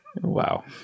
Wow